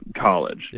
college